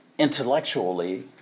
intellectually